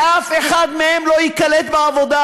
שאף אחד מהם לא ייקלט בעבודה,